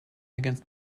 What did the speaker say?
against